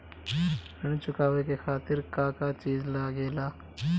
ऋण चुकावे के खातिर का का चिज लागेला?